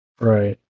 Right